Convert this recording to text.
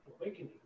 awakening